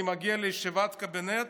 אני מגיע לישיבת קבינט,